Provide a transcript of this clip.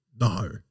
No